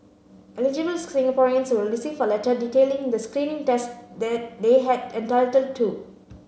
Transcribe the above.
Eligible Singaporeans will receive a letter detailing the screening tests that they had entitled to